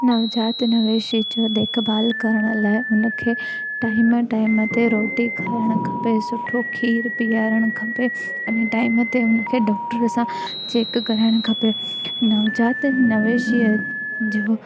नवजात नवेशी शिशूअ देखभाल करण लाइ हुन खे टाइम टाइम ते रोटी खाराइणु सुठो खीरु पीआरणु खपे अने टाइम टाइम ते हुन खे डॉक्टर सां चेक कराइणु खपे नवजात नवेशिअत जूं